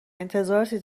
انتظاراتی